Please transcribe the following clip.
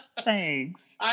Thanks